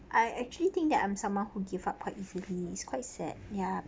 I actually think that I'm someone who give up quite easily is quite sad ya